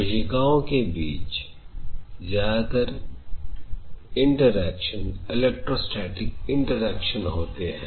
कोशिकाओं के बीच ज्यादातर इंटरेक्शन इलेक्ट्रोस्टेटिक इंटरेक्शन होते हैं